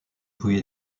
puis